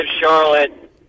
Charlotte